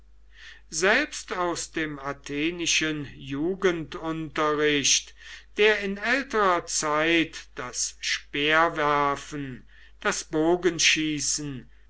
selbst aus dem athenischen jugendunterricht der in älterer zeit das speerwerfen das bogenschießen